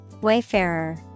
Wayfarer